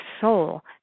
soul